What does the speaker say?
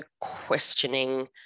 questioning